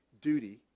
duty